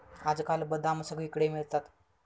आजकाल बदाम सगळीकडे मिळतात